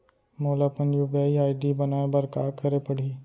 मोला अपन UPI ID बनाए बर का करे पड़ही?